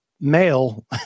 male